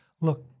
look